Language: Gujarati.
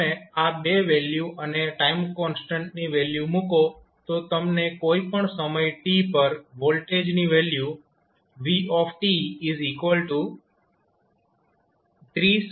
તો તમે આ બે વેલ્યુ અને ટાઈમ કોન્સ્ટન્ટની વેલ્યુ મૂકો તો તમને કોઈ પણ સમય t પર વોલ્ટેજની વેલ્યુ v30 e t2 મળશે